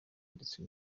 ndetse